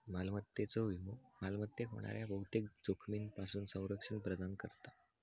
मालमत्तेचो विमो मालमत्तेक होणाऱ्या बहुतेक जोखमींपासून संरक्षण प्रदान करता